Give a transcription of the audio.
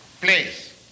place